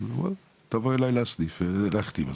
תבוא אליי לסניף להחתים,